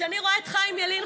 כשאני רואה את חיים ילין,